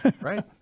Right